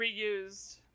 Reused